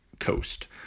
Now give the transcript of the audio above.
coast